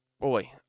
Boy